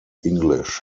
english